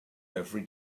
every